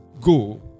go